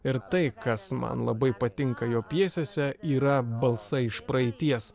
ir tai kas man labai patinka jo pjesėse yra balsai iš praeities